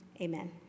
Amen